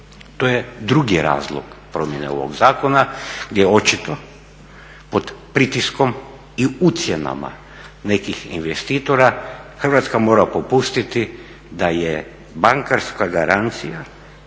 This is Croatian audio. To je drugi razlog promjene ovog zakona gdje očito pod pritiskom i ucjenama nekih investitora Hrvatska mora popustiti da je bankarska garancija